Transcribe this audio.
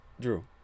Drew